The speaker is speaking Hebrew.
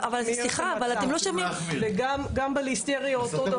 גם בליסטריה אותו דבר.